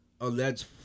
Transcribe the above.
alleged